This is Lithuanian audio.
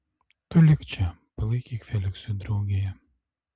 tu lik čia palaikyk feliksui draugiją